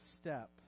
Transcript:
step